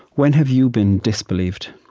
when have you been disbelieved?